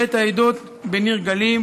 בית העדות בניר גלים,